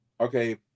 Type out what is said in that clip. okay